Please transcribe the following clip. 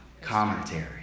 commentary